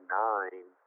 nine